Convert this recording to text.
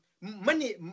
money